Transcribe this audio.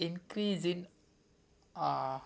increasing